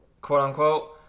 quote-unquote